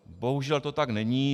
Bohužel to tak není.